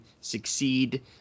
succeed